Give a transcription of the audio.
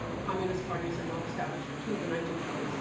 ah communist parties are not established until the nineteen twenty s,